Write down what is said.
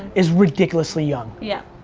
is ridiculously young. yup.